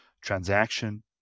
transaction